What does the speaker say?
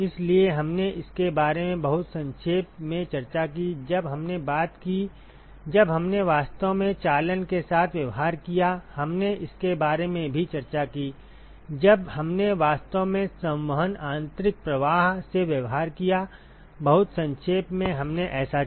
इसलिए हमने इसके बारे में बहुत संक्षेप में चर्चा की जब हमने बात की जब हमने वास्तव में चालन के साथ व्यवहार किया हमने इसके बारे में भी चर्चा की जब हमने वास्तव में संवहन आंतरिक प्रवाह से व्यवहार किया बहुत संक्षेप में हमने ऐसा किया